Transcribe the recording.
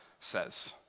says